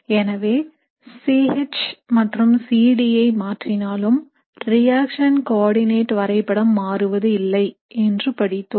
எனவே C H மற்றும் C D ஐ மாற்றினாலும் ரியாக்சன் கோஆர்டிநேட் வரைபடம் மாறுவது இல்லை என்று படித்தோம்